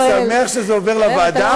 אני שמח שזה עובר לוועדה,